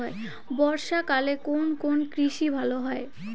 বর্ষা কালে কোন কোন কৃষি ভালো হয়?